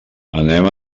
anem